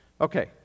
Okay